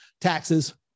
taxes